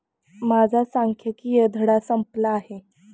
माझा सांख्यिकीय धडा संपला आहे